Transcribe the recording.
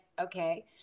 okay